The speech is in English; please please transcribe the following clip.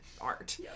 art